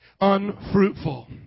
unfruitful